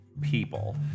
people